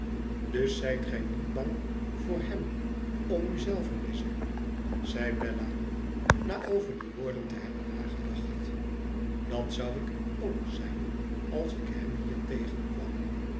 dus zijt gij niet bang voor hem om u zelve lize zei bella na over die woorden te hebben nagedacht dat zou ik k zijn als ik hem hier tegenkwam